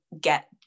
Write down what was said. get